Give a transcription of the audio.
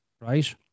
right